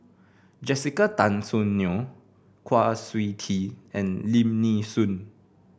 Jessica Tan Soon Neo Kwa Siew Tee and Lim Nee Soon